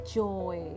joy